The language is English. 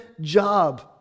job